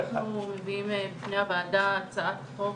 אנחנו מביאים בפני הוועדה הצעת חוק